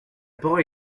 parole